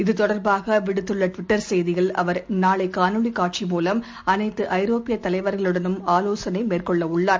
இது தொடர்பாகவிடுத்துள்ளட்லிட்டர் செய்தியில் அவர் நாளைகாணொளிகாட்சி மூலம் அனைத்துஐரோப்பியதலைவர்களுடனும் ஆலோசனைமேற்கொள்கின்றனர்